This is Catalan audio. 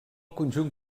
conjunt